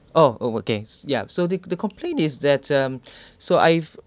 oh oh okay ya so the the complaint is that um so I've